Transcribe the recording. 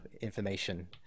information